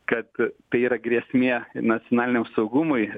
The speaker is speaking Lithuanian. kad tai yra grėsmė nacionaliniam saugumui